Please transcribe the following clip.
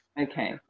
okay